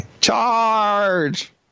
Charge